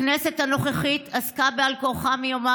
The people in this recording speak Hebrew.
הכנסת הנוכחית עסקה בעל כורחה מיומה